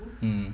mm